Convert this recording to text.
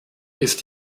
ist